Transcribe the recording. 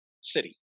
city